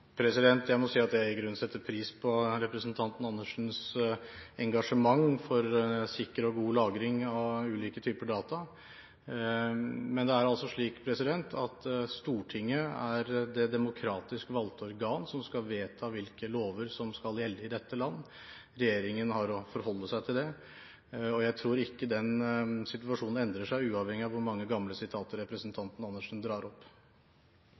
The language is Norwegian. grunnen setter pris på representanten Andersens engasjement for sikker og god lagring av ulike typer data. Men det er altså slik at Stortinget er det demokratisk valgte organ som skal vedta hvilke lover som skal gjelde i dette land. Regjeringen har å forholde seg til det. Jeg tror ikke den situasjonen endrer seg, uavhengig av hvor mange gamle sitater representanten Andersen drar opp.